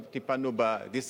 עכשיו טיפלנו ב-disregard,